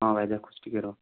ହଁ ଭାଇ ଦେଖୁଛି ଟିକେ ରୁହ